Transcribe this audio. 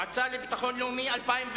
סעיף 10, מועצה לאומית לביטחון,